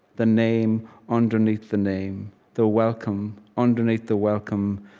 the name underneath the name, the welcome underneath the welcome,